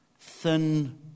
thin